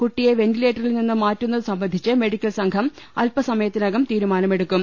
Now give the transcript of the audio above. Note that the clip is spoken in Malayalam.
കുട്ടിയെ വെൻറിലേറ്ററിൽ നിന്ന് മാറ്റു ന്നത് സംബന്ധിച്ച് മെഡിക്കൽ സംഘം അൽപ്പസമയത്തിനകം തീരുമാനമെടുക്കും